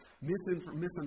Misunderstanding